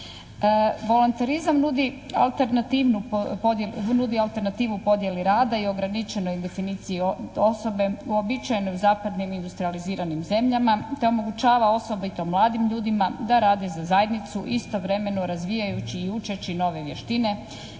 Volonterizam nudi alternativu u podjeli rada i ograničen je u definiciji osobe uobičajenu u industrijaliziranim zapadnim zemljama te omogućava osobito mladim ljudima da rade za zajednicu istovremeno razvijajući i učeći nove vještine,